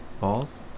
Balls